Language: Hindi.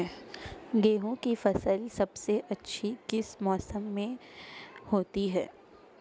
गेंहू की फसल सबसे अच्छी किस मौसम में होती है?